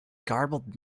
garbled